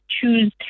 choose